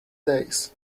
days